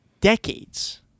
decades